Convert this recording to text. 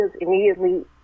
immediately